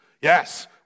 Yes